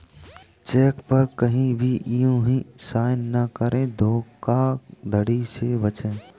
check पर कहीं भी यू हीं साइन न करें धोखाधड़ी से बचे